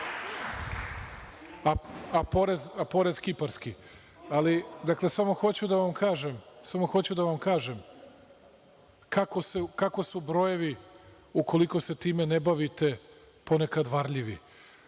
a porez kiparski? Dakle, samo hoću da vam kažem kako su brojevi, ukoliko se time ne bavite, ponekad varljivi.